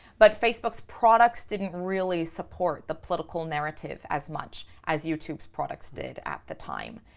but facebook's products didn't really support the political narrative as much as youtube's products did at the time,